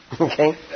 Okay